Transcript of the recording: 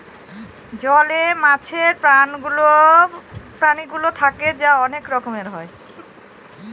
জলে মাছের প্রাণীগুলো থাকে তা অনেক রকমের হয়